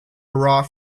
hurrah